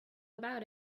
about